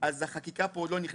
אז החקיקה פה עוד לא נכנסת,